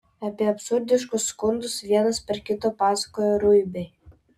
apie absurdiškus skundus vienas per kitą pasakojo ruibiai